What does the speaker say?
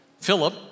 Philip